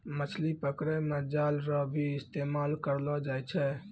मछली पकड़ै मे जाल रो भी इस्तेमाल करलो जाय छै